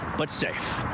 but six.